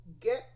get